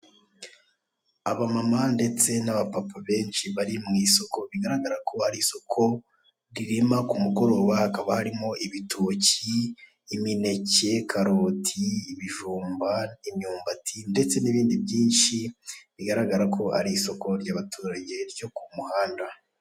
Abamama ndetse n'abapapa benshi bari mu isoko bigaragara ko ari isoko rirema kumugoroba hakaba harimo ibitoki, imineke, karoti, ibijumba, imyumbati ndetse n'ibindi byinshi bigaragara ko ari isoko ry'abaturage ryo kumuhanda.